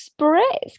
spritz